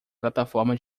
plataforma